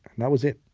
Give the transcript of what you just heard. that was it.